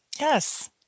Yes